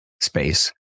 space